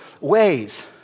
ways